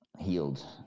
healed